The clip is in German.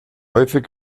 häufig